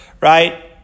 right